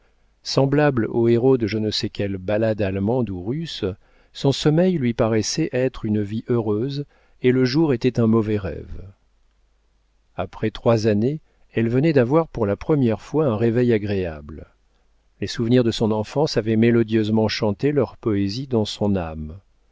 semblable au héros de je ne sais quelle ballade allemande ou russe son sommeil lui paraissait être une vie heureuse et le jour était un mauvais rêve après trois années elle venait d'avoir pour la première fois un réveil agréable les souvenirs de son enfance avaient mélodieusement chanté leurs poésies dans son âme